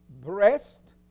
Breast